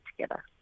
together